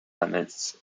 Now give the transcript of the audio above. limits